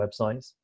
websites